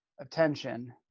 attention